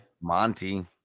Monty